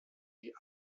die